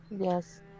Yes